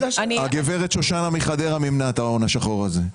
הגברת שושנה מחדרה מימנה את ההון השחור הזה,